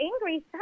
angry